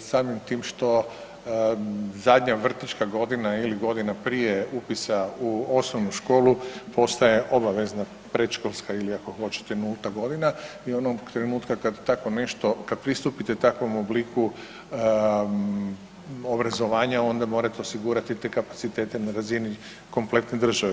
samim tim što zadnja vrtićka godina ili godina prije upisa u osnovnu školu postaje obavezna predškolska ili ako hoćete nulta godina i onog trenutka kad tako nešto, kad pristupite takvom obliku obrazovanja onda morate osigurati te kapacitete na razini kompletne države.